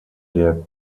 der